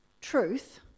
truth